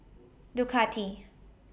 Ducati